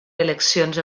eleccions